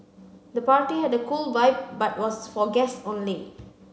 the party had a cool vibe but was for guests only